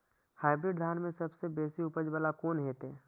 Hybrid धान में सबसे बेसी उपज बाला कोन हेते?